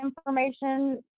information